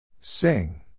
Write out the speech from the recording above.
Sing